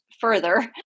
further